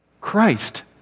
Christ